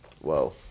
Whoa